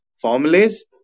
formulas